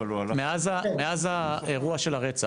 מאז האירוע של הרצח,